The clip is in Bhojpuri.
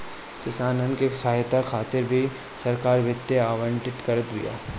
किसानन के सहायता खातिर भी सरकार वित्त आवंटित करत बिया